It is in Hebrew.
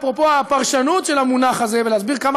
אפרופו הפרשנות של המונח הזה ולהסביר עד כמה